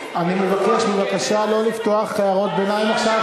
אני מבקש, בבקשה לא לפתוח הערות ביניים עכשיו.